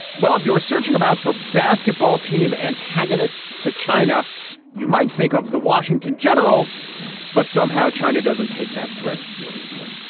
well if you were searching about for basketball team antagonists to china you might think of the washington generals but somehow china doesn't take that threat seriously.